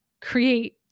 create